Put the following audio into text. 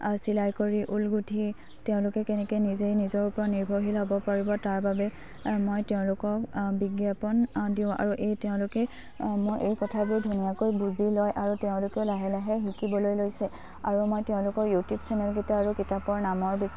চিলাই কৰি ঊল গুঁঠি তেওঁলোকে কেনেকে নিজেই নিজৰ ওপৰত নিৰ্ভৰশীল হ'ব পাৰিব তাৰ বাবে মই তেওঁলোকক বিজ্ঞাপন দিওঁ আৰু এই তেওঁলোকে মই এই কথাবোৰ ধুনীয়াকৈ বুজি লয় আৰু তেওঁলোকেও লাহে লাহে শিকিবলৈ লৈছে আৰু মই তেওঁলোকৰ ইউটিউব চেনেলকেইটা আৰু কিতাপৰ নামৰ